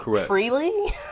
freely